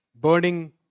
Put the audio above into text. Burning